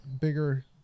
bigger